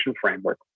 framework